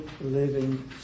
living